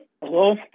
Hello